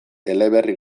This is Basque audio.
eleberri